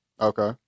Okay